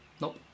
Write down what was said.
Nope